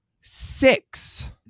six